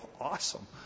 awesome